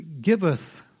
giveth